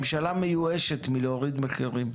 ממשלה מיואשת מלהוריד מחירים.